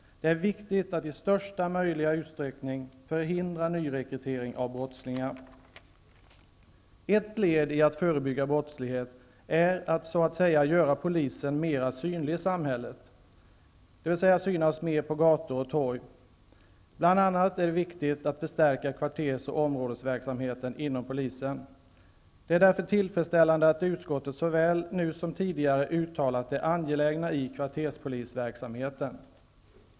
Det är viktigt att i största möjliga utsträckning förhindra nyrekrytering av brottslingar. Ett led i arbetet att förebygga brottslighet är att så att säga göra polisen mer synlig i samhället, dvs. den skall synas mer på gator och torg. Det är bl.a. viktigt att förstärka kvarters och områdesverksamheten inom polisen. Därför är det tillfredsställande att utskottet såväl nu som tidigare har uttalat det angelägna i att kvarterspolisverksamheten finns.